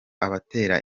abatera